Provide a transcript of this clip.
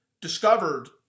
discovered